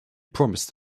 promised